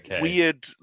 weird